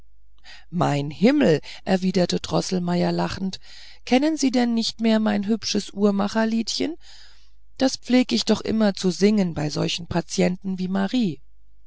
mein himmel erwiderte droßelmeier lachend kennen sie denn nicht mehr mein hübsches uhrmacherliedchen das pfleg ich immer zu singen bei solchen patienten wie marie